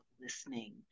listening